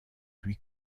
lui